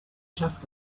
just